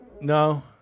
No